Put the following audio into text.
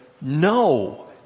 no